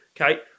Okay